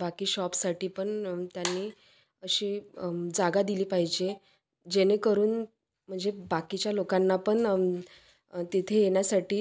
बाकी शॉपसाठी पण त्यांनी अशी जागा दिली पाहिजे जेणेकरून म्हणजे बाकीच्या लोकांना पण तिथे येण्यासाठी